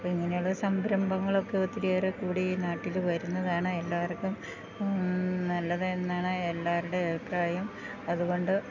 അപ്പോള് ഇങ്ങനെയുള്ള സംരംഭങ്ങളൊക്കെ ഒത്തിരിയേറെ കൂടി നാട്ടില് വരുന്നതാണ് എല്ലാവർക്കും നല്ലത് എന്നാണ് എല്ലാവരുടെയും അഭിപ്രായം അതുകൊണ്ട്